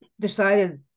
decided